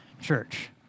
church